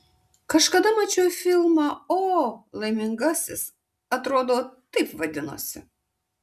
kažkada mačiau filmą o laimingasis atrodo taip vadinosi